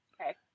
Okay